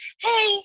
Hey